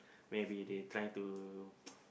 maybe they trying to